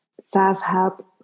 self-help